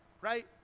right